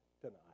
tonight